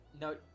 No